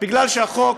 כי החוק